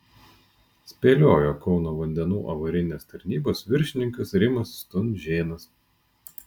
spėliojo kauno vandenų avarinės tarnybos viršininkas rimas stunžėnas